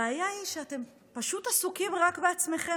הבעיה היא שאתם פשוט עסוקים רק בעצמכם,